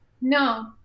No